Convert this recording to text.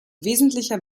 wesentlicher